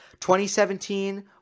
2017